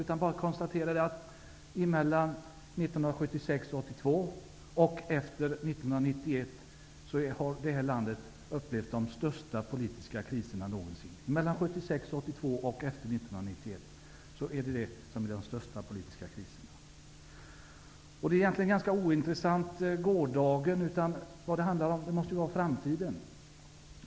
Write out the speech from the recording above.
Det är bara att konstatera att mellan 1976 och 1982 och efter 1991 har det här landet upplevt de största politiska kriserna någonsin. Gårdagen är egentligen ganska ointressant. Det hela handlar om framtiden.